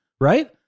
right